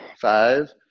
Five